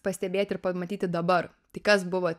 pastebėti ir pamatyti dabar tai kas buvo